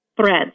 threads